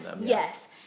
yes